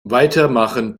weitermachen